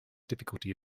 difficulty